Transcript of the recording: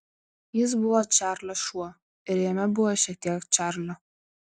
jis buvo čarlio šuo ir jame buvo šiek tiek čarlio